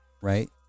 right